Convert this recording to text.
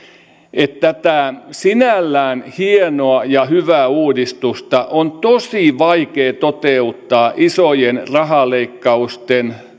että tätä sinällään hienoa ja hyvää uudistusta on tosi vaikea toteuttaa isojen rahoitusleikkausten